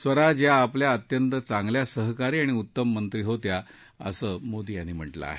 स्वराज या आपल्या अत्यंत चांगल्या सहकारी आणि उत्तम मंत्री होत्या असं मोदी यांनी म्हटलं आहे